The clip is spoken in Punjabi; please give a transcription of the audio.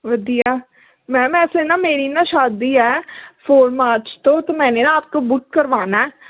ਵਧੀਆ ਮੈਮ ਵੈਸੇ ਨਾ ਮੇਰੀ ਨਾ ਸ਼ਾਦੀ ਆ ਫੋਰ ਮਾਰਚ ਤੋਂ ਤੋ ਮੈਨੇ ਨਾ ਆਪਕੋ ਬੁੱਕ ਕਰਵਾਨਾ